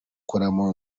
kurama